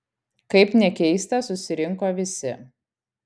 kaip nekeista susirinko visi